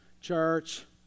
church